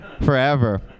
Forever